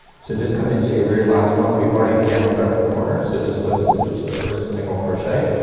so just come into your very last one. we've already handled our corner. so just slip stitch to the first single crochet.